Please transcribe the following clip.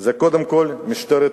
זה קודם כול משטרת התנועה,